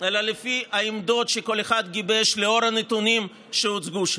אלא לפי העמדות שכל אחד גיבש לאור הנתונים שהוצגו שם.